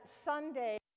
Sunday